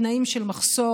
בתנאים של מחסור,